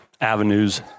avenues